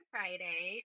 Friday